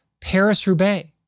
Paris-Roubaix